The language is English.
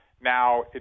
Now